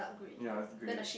ya is grey